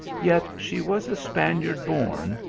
yet she was a span iard born,